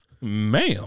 ma'am